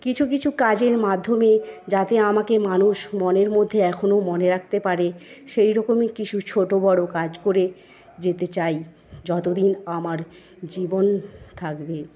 কিছু কিছু কাজের মাধ্যমে যাতে আমাকে মানুষ মনের মধ্যে এখনো মনে রাখতে পারে সেইরকমই কিছু ছোটো বড়ো কাজ করে যেতে চাই যতদিন আমার জীবন থাকবে